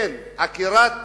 החל מעקירת